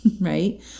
right